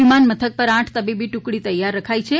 વિમાનમથક પર આઠ તવીબી ટુકડી તૈયાર રાખી છે